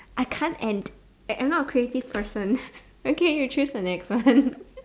I can't and I'm I'm not a creative person okay you choose the next one